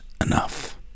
enough